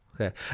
Okay